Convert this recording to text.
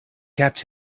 kept